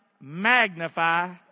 Magnify